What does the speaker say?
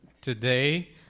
today